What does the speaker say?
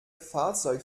fahrzeug